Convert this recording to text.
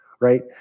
right